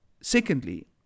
secondly